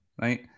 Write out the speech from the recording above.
right